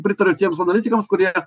pritariu tiems analitikams kurie